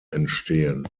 entstehen